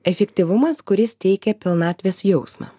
efektyvumas kuris teikia pilnatvės jausmą